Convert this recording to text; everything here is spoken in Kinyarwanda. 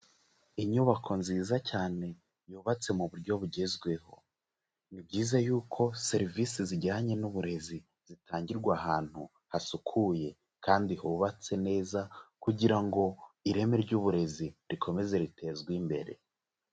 Inyubako nziza cyane yubatse mu buryo bugezweho, ni byiza yuko serivisi zijyanye n'uburezi zitangirwa ahantu hasukuye kandi hubatse neza kugira ngo ireme ry'uburezi rikomeze ritezwe imbere.